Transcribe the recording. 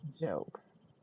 jokes